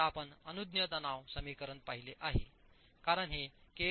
तर आपण अनुज्ञेय तणाव समीकरण पाहिले आहे कारण हे के